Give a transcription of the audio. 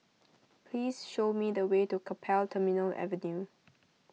please show me the way to Keppel Terminal Avenue